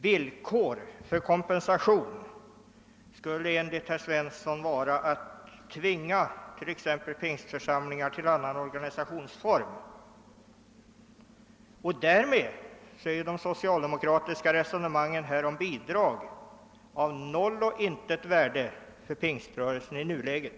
Villkor för kompensation skulle enligt herr Svensson i Kungälv vara att tvinga t.ex. pingstförsamlingar till annan organisationsform, och därmed är det socialdemokratiska resonemanget om bidrag av noll och intet värde för pingströrelsen i nuläget.